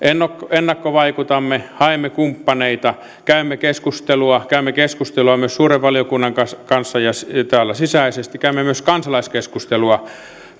ennakkovaikutamme haemme kumppaneita käymme keskustelua käymme keskustelua myös suuren valiokunnan kanssa kanssa ja täällä sisäisesti käymme myös kansalaiskeskustelua